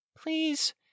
Please